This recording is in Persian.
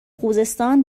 خوزستان